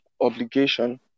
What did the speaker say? obligation